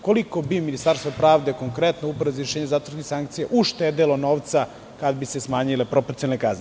Koliko bi Ministarstvo pravde, konkretno Uprava za izvršenje zatvorskih sankcija, uštedelo novca, kada bi se smanjile proporcionalne kazne?